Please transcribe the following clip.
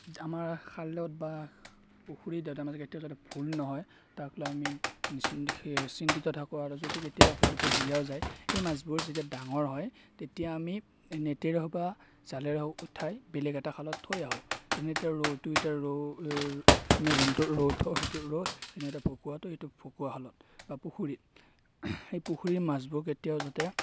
আমাৰ খালত বা পুখুৰীত যাতে কেতিয়াও যাতে ভুল নহয় তাক লৈ আমি সেই চিন্তিত থাকো আৰু যদি কেতিয়াবা ভুলতো দিয়াও যায় সেই মাছবোৰ যেতিয়া ডাঙৰ হয় তেতিয়া আমি নেটেৰে হওঁক বা জালেৰে হওক উঠাই বেলেগ এটা খালত থৈ আহো যেনে এতিয়া ৰৌটো এতিয়া ৰৌ আমি যোনটো ৰৌ থওঁ সেইটোত ৰৌ এতিয়া ভকুৱাটো এইটো ভকুৱা খালত বা পুখুৰীত সেই পুখুৰীৰ মাছবোৰ কেতিয়াও যাতে